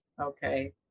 okay